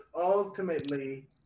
ultimately